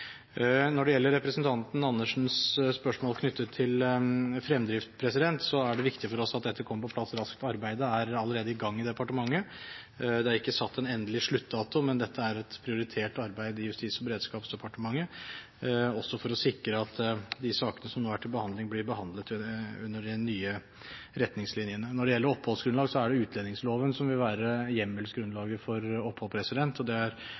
Når det gjelder representanten Andersens spørsmål knyttet til fremdrift, så er det viktig for oss at dette kommer på plass raskt. Arbeidet er allerede i gang i departementet. Det er ikke satt en endelig sluttdato, men dette er et prioritert arbeid i Justis- og beredskapsdepartementet, også for å sikre at de sakene som nå er til behandling, blir behandlet under de nye retningslinjene. Når det gjelder oppholdsgrunnlag, så er det utlendingsloven som vil være hjemmelsgrunnlaget for opphold,